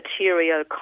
material